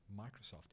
Microsoft